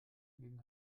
gegen